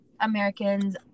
Americans